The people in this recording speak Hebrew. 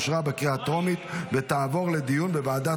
אושרה בקריאה טרומית ותעבור לדיון בוועדת